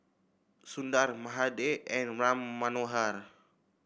Sundar Mahade and Ram Manohar